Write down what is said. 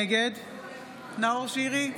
נגד נאור שירי,